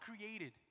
created